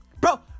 Bro